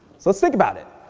let's think about it.